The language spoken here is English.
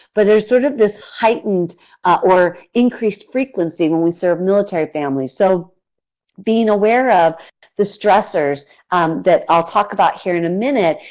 but there is sort of this heightened or increased frequency when we serve military families so being aware of the stressors that i'll talk about here in a minute,